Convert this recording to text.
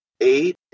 eight